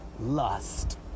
lust